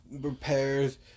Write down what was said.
repairs